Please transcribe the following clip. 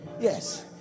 Yes